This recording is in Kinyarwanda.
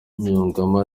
yungamo